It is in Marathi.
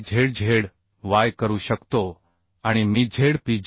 zz yकरू शकतो आणि मी zp z